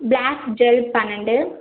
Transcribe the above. black gel பன்னெண்டு